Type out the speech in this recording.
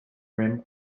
rim